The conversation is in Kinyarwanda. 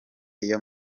iyo